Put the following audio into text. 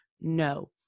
No